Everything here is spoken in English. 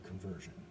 conversion